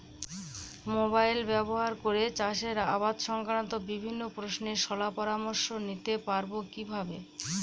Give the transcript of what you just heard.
Mobile ব্যাবহার করে চাষের আবাদ সংক্রান্ত বিভিন্ন প্রশ্নের শলা পরামর্শ নিতে পারবো কিভাবে?